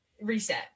reset